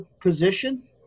position